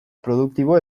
produktibo